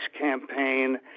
campaign